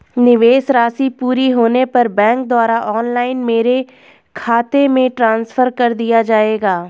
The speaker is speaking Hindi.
निवेश राशि पूरी होने पर बैंक द्वारा ऑनलाइन मेरे खाते में ट्रांसफर कर दिया जाएगा?